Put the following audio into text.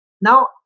Now